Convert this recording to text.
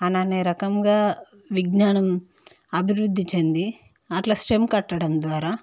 అలానే రకంగా విజ్ఞానం అభివృద్ధి చెంది అట్లా స్టెమ్ కట్టడం ద్వారా